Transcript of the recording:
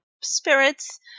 spirits